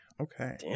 Okay